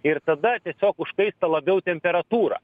ir tada tiesiog užkaista labiau temperatūra